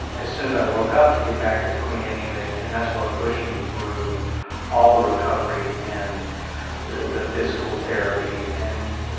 and as soon as i woke up to get back to the queen anne's revenge. and that's what pushed me through all the recovery and the the physical therapy and,